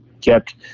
kept